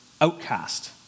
outcast